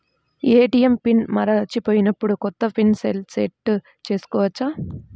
ATM pin మరచిపోయినప్పుడు, కొత్త pin సెల్లో సెట్ చేసుకోవచ్చా?